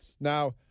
Now